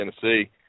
Tennessee